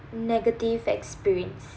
negative experience